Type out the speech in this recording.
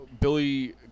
Billy